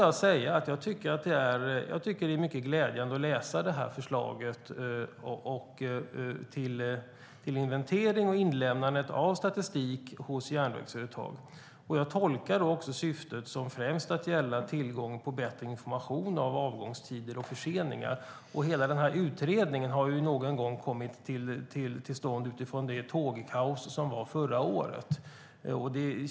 Jag tycker att det är mycket glädjande att läsa förslaget till inventering och inlämnandet av statistik hos järnvägsföretag. Jag tolkar det så att syftet främst är att få tillgång till bättre information om avgångstider och förseningar. Hela denna utredning har ju en gång kommit till stånd utifrån det tågkaos som var förra året.